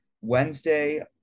wednesday